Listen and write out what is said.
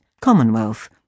Commonwealth